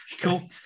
Cool